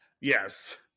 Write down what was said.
Yes